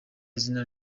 izina